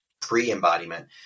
pre-embodiment